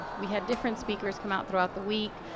we had different speakers come out throughout the week,